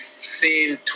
seen